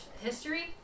history